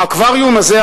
האקווריום הזה,